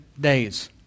days